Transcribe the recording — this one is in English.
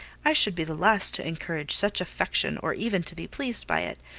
i should be the last to encourage such affection, or even to be pleased by it.